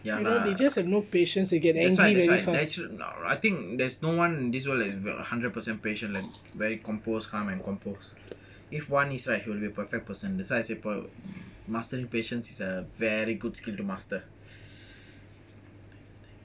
ya lah that's why that's why I think there's no one in this world is hundred percent patient like very composed calm and composed if one is right he will be perfect person that's why I said mastering patience is a very good skill to master